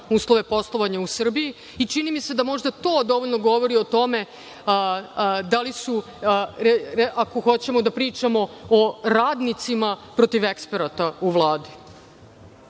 uslove poslovanja u Srbiji i čini mi se da možda to dovoljno govori o tome da li su, ako hoćemo da pričamo o radnicima, protiv eksperata u Vladi. Šta